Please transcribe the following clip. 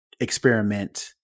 experiment